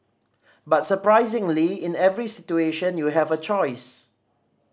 but surprisingly in every situation you have a choice